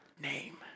name